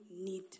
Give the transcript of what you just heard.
need